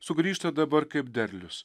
sugrįžta dabar kaip derlius